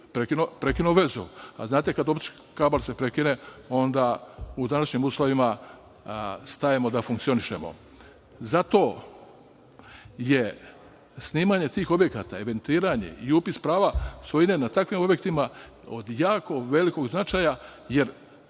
prekinuo vezu. A znate kada optički kabl se prekine, onda u današnjim uslovima stajemo da funkcionišemo. Zato je snimanje tih objekata, evidentiranje i upis prava svojine na takvim objektima od jako velikog značaja, jer